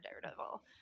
Daredevil